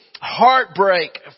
heartbreak